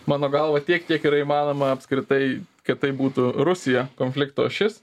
mano galva tiek kiek yra įmanoma apskritai kad tai būtų rusija konflikto ašis